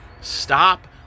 Stop